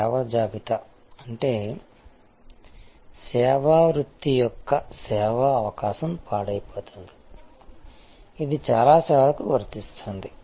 సేవా జాబితా అంటే సేవా వృత్తి యొక్క సేవా అవకాశం పాడైపోతుంది ఇది చాలా సేవలకు వర్తిస్తుంది